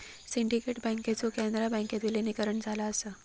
syndicate बँकेचा कॅनरा बँकेत विलीनीकरण झाला असा